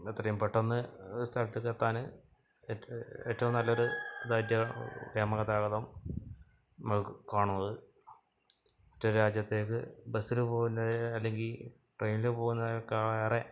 എത്രയും പെട്ടെന്ന് ഒരു സ്ഥലത്തേക്ക് എത്താന് ഏറ്റോ ഏറ്റോം നല്ലത് പറ്റിയ വ്യോമ ഗതാഗതം നമ്മൾ കാണുന്നത് മറ്റൊരു രാജ്യത്തേക്ക് ബസ്സിന് പോവുകയല്ലെ അല്ലെങ്കിൽ ട്രെയിനിൽ പോകുന്നതിനെക്കാളേറെ